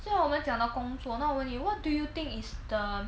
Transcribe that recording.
现在我们讲到工作那我问你 what do you think is the